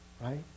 right